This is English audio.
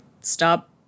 stop